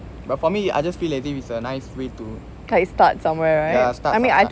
but for me I just feel like as if it's nice way to ya start somewhere